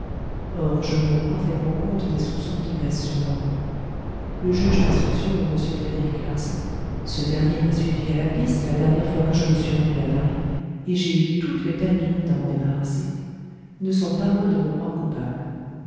or je me rends parfaitement compte des soupçons qui pèsent sur moi le juge d'instruction et m frédéric larsan ce dernier m'a suivi à la piste la dernière fois que je me suis rendu à paris et j'ai eu toutes les peines du monde à m'en débarrasser ne sont pas loin de me croire coupable